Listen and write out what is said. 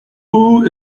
who